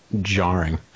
jarring